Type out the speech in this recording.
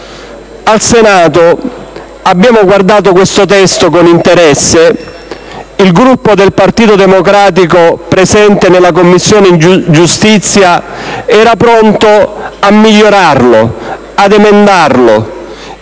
Al Senato abbiamo guardato questo testo con interesse. Il Gruppo del Partito Democratico presente in Commissione giustizia era pronto a migliorarlo, ad emendarlo.